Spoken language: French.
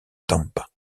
tampa